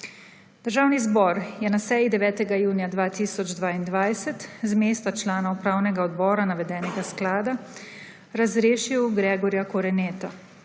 Državni zbor je na seji 9. junija 2022 z mesta člana upravnega odbora navedenega sklada razrešil Gregorja Koreneta,